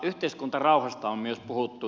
yhteiskuntarauhasta on myös puhuttu